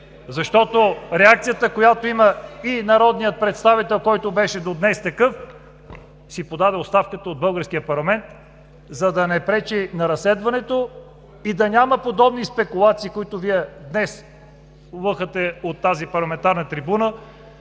Защото реакцията, която има и народният представител, който беше до днес такъв, си подаде оставката от българския парламент, за да не пречи на разследването и да няма подобни спекулации, които Вие днес лъхате от тази парламентарна трибуна